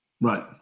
right